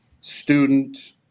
student